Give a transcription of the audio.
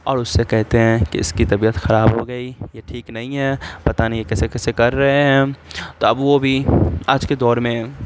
اور اس سے کہتے ہیں کہ اس کی طبیعت خراب ہو گئی یہ ٹھیک نہیں ہے پتہ نہیں یہ کیسے کیسے کر رہے ہیں تو اب وہ بھی آج کے دور میں